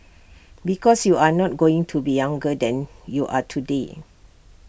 because you are not going to be younger than you are today